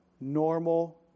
normal